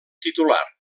titular